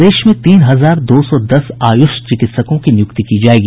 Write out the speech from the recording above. प्रदेश में तीन हजार दो सौ दस आयुष चिकित्सकों की नियुक्ति की जायेगी